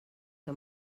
que